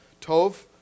Tov